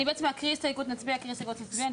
אני אקריא הסתייגות ונצביע עליה.